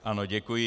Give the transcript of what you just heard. Ano, děkuji.